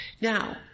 Now